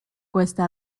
cuesta